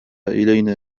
إلينا